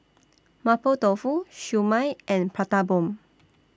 Mapo Tofu Siew Mai and Prata Bomb